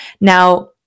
Now